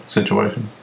situation